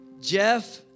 Jeff